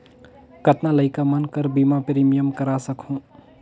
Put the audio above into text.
कतना लइका मन कर बीमा प्रीमियम करा सकहुं?